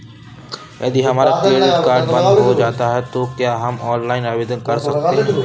यदि हमारा credit card बंद हो जाता है तो क्या हम ऑनलाइन आवेदन कर सकते हैं?